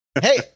Hey